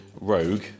rogue